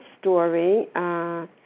story